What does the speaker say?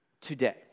today